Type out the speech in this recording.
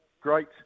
great